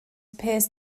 appears